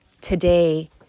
today